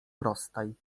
rozstaj